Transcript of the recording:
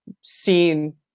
seen